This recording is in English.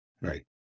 Right